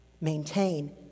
maintain